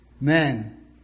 men